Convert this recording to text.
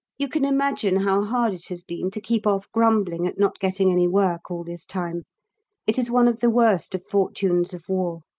you can imagine how hard it has been to keep off grumbling at not getting any work all this time it is one of the worst of fortunes of war.